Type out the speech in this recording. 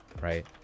right